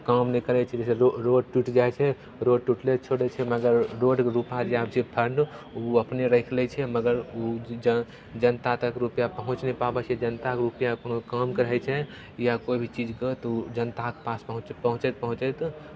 काम नहि करै छै जइसे रो रोड टूटि जाइ छै रोड टुटले छोड़े छै मगर रोडके रुपैआ जे आबै छै फंड ओ अपने राखि लै छै मगर ओ जन जनता तक रुपैआ पहुँचि नहि पाबै छै जनताके रुपैआ कामके रहै छै या कोइ भी चीजके तऽ ओ जनताके पास पहुँचै पहुँचैत पहुँचैत